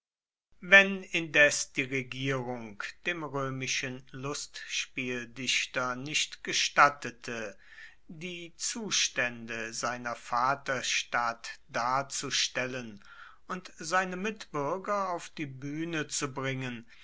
wenn indes die regierung dem roemischen lustspieldichter nicht gestattete die zustaende seiner vaterstadt darzustellen und seine mitbuerger auf die buehne zu bringen